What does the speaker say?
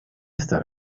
esta